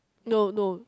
no no